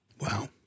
Wow